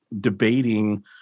debating